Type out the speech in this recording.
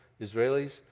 Israelis